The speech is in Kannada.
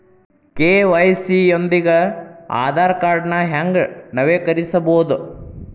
ಕೆ.ವಾಯ್.ಸಿ ಯೊಂದಿಗ ಆಧಾರ್ ಕಾರ್ಡ್ನ ಹೆಂಗ ನವೇಕರಿಸಬೋದ